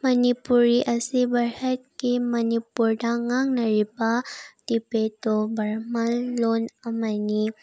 ꯃꯅꯤꯄꯨꯔꯤ ꯑꯁꯤ ꯚꯥꯔꯠꯀꯤ ꯃꯅꯤꯄꯨꯔꯗ ꯉꯥꯡꯅꯔꯤꯕ ꯇꯤꯕꯦꯇꯣ ꯕꯔꯃꯟ ꯂꯣꯟ ꯑꯃꯅꯤ